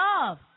love